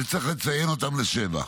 צריך לציין אותם לשבח.